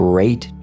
Great